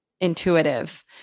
intuitive